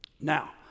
now